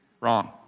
Wrong